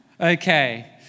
Okay